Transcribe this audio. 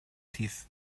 teeth